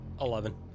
Eleven